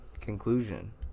conclusion